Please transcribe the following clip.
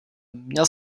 měl